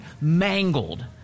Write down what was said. mangled